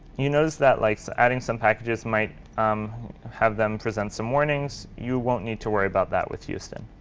you notice that like so adding some packages might um have them present some warnings. you won't need to worry about that with houston.